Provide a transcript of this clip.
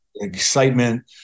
excitement